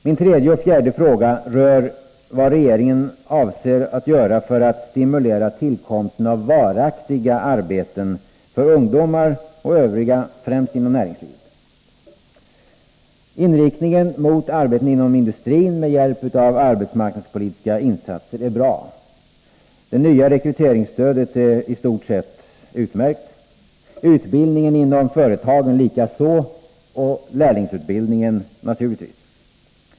Min tredje och fjärde fråga handlade om vad regeringen avser att göra för att stimulera tillkomsten av varaktiga arbeten för ungdomar och övriga, främst inom näringslivet. Inriktningen mot arbeten inom industrin med hjälp av arbetsmarknadspolitiska insatser är bra. Det nya rekryteringsstödet är i stort sett utmärkt, utbildningen inom företagen likaså, och naturligtvis lärlingsutbildningen.